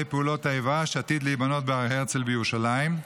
פעולות האיבה שעתיד להיבנות בהר הרצל בירושלים,